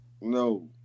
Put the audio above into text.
No